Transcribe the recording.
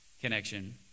connection